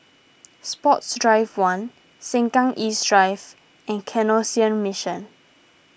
Sports Drive one Sengkang East Drive and Canossian Mission